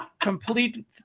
complete –